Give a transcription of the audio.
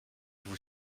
vous